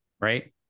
right